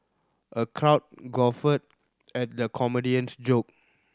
a crowd guffawed at the comedian's joke